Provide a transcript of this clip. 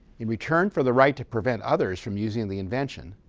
in return for the right to prevent others from using the invention,